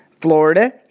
Florida